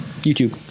youtube